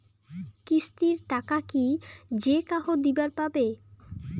কিস্তির টাকা কি যেকাহো দিবার পাবে?